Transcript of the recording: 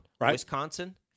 Wisconsin